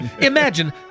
Imagine